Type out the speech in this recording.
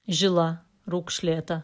žila raukšlėta